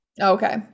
Okay